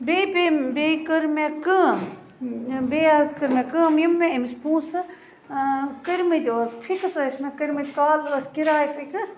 بیٚیہِ پے بییٚہِ کٔر مےٚ کٲم بیٚیہِ حظ کٔر مےٚ کٲم بیٚیہِ حظ کٔر مےٚ کٲم یِم مےٚ أمِس پونٛسہٕ کٔرۍمٕتۍ ٲس فِکٕس ٲسۍ مےٚ کٔرۍمٕتۍ کالہٕ ٲس کِراے فِکٕس